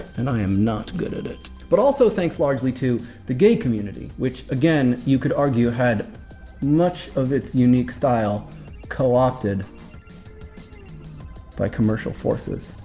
and i am not good at it. but also thanks largely to the gay community, which again, you could argue, had much of its unique style co-opted by commercial forces.